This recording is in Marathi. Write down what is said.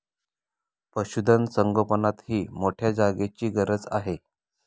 पशुधन संगोपनातही मोठ्या जागेची गरज आहे